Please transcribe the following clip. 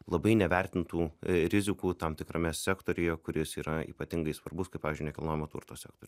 labai nevertintų rizikų tam tikrame sektoriuje kuris yra ypatingai svarbus kaip pavyzdžiui nekilnojamo turto sektorius